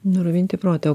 nuraminti protą o